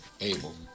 Abel